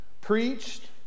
preached